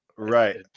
Right